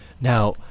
Now